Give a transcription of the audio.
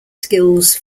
skills